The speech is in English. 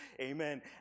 amen